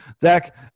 Zach